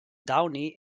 downey